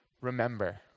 remember